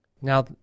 Now